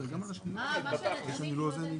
"לעוסק שמחזור עסקאותיו אינה